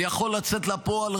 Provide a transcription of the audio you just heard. ויכול לצאת לפועל,